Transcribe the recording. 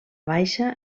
baixa